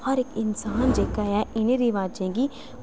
हर इक इन्सान जेह्का ऐ इ'नें रिवाजें गी